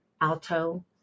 alto